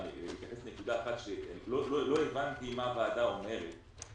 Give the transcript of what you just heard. לא הבנתי מה הוועדה אומרת.